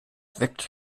weckt